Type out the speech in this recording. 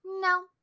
no